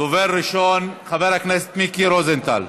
דובר ראשון, חבר הכנסת מיקי רוזנטל.